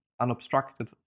unobstructed